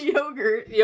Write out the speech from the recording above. Yogurt